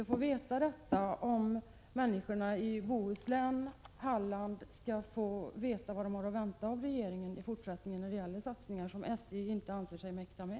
Det är viktigt för människorna i Bohuslän och Halland att få veta vad man har att vänta av regeringen i fortsättningen när det gäller satsningar som SJ inte anser sig mäkta med.